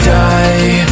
die